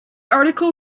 article